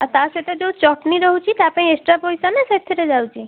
ଆଉ ତା'ସହିତ ଯେଉଁ ଚଟନୀ ରହୁଛି ତା'ପାଇଁ ଏକ୍ସଟ୍ରା ପଇସା ନା ସେଥିରେ ଯାଉଛି